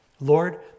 lord